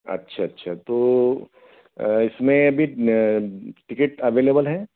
अच्छा अच्छा तो इसमें अभी टिकेट अवेलेबल है